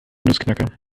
nussknacker